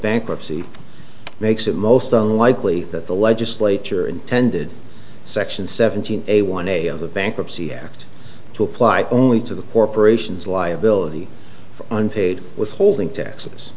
bankruptcy makes it most unlikely that the legislature intended section seventeen a one day of the bankruptcy act to apply only to the corporations liability for unpaid withholding taxes